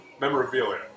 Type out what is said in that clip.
Memorabilia